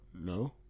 no